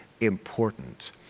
important